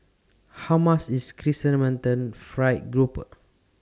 How much IS Chrysanthemum Fried Grouper